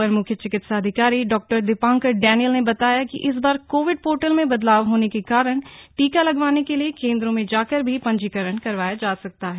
अपर मुख्य चिकित्सा अधिकारी डॉ दीपांकर डैनियल ने बताया कि इस बार कोविड पोर्टल में बदलाव होने के कारण टीका लगवाने के लिए केंद्रों में जाकर भी पंजीकरण करवाया जा सकता है